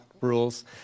rules